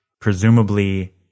presumably